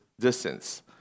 distance